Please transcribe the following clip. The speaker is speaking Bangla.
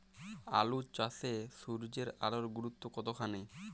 আলু চাষে সূর্যের আলোর গুরুত্ব কতখানি?